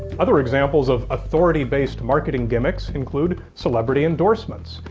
other examples of authority-based marketing gimmicks include celebrity endorsements,